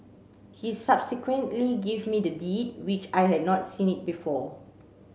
he subsequently gave me the deed which I had not seen it before